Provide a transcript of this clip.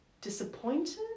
disappointed